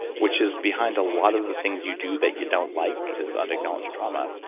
which is behind a lot of the things you do that you don't like, is unacknowledged trauma.